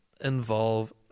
involve